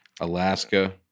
Alaska